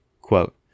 Quote